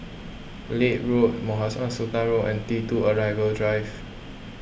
Leith Road Mohamed Sultan Road and T two Arrival Drive